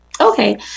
okay